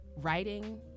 writing